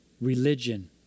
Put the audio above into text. religion